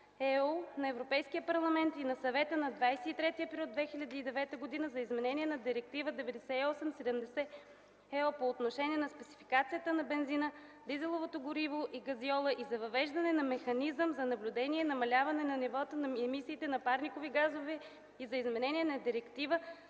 на Европейския парламент и на Съвета от 23 април 2009 г. за изменение на Директива 98/70/ЕО по отношение на спецификацията на бензина, дизеловото гориво и газьола и за въвеждане на механизъм за наблюдение и намаляване на нивата на емисиите на парникови газове и за изменение на Директива